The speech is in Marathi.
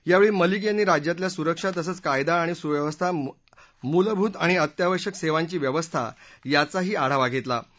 यावळी मलिक यांनी राज्यातल्या सुरक्षा तसंच कायदा आणि सुव्यवस्था मूलभूत आणि अत्यावश्यक सद्यापी व्यवस्था याचाही आढावा घरलिा